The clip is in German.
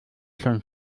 schon